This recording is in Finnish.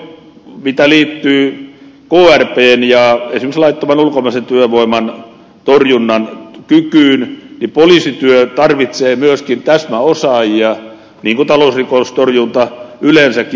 samoin mitä liittyy krpn esimerkiksi laittoman ulkomaisen työvoiman torjunnan kykyyn niin poliisityö tarvitsee myöskin täsmäosaajia niin kuin talousrikostorjunta yleensäkin